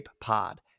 Pod